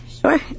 Sure